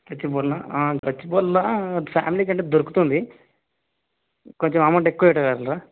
గచ్చిబౌలినా గచ్చిబౌలిలో ఫ్యామిలీ కంటే దొరుకుతుంది కొంచెం అమౌంట్ ఎక్కువ పెట్టగలరా